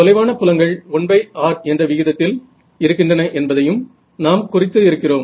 தொலைவான புலங்கள் 1r என்ற விகிதத்தில் இருக்கின்றன என்பதையும் நாம் குறித்து இருக்கிறோம்